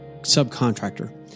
subcontractor